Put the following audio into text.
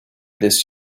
this